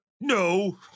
no